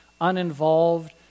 uninvolved